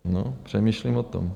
No, přemýšlím o tom.